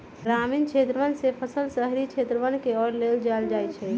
ग्रामीण क्षेत्रवन से फसल शहरी क्षेत्रवन के ओर ले जाल जाहई